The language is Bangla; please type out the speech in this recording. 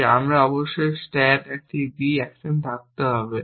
যে আমার অবশ্যই স্ট্যাক একটি B অ্যাকশন থাকতে হবে